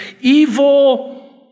evil